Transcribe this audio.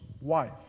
wife